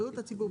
בריאות הציבור,